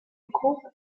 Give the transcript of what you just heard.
groupe